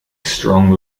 strong